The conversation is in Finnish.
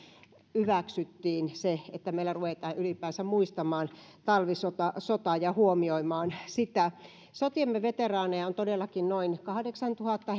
hyväksyttiin se että meillä ruvetaan ylipäänsä muistamaan talvisotaa ja huomioimaan sitä sotiemme veteraaneja on todellakin noin kahdeksantuhatta